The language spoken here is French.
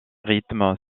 rythment